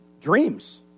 dreams